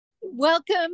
Welcome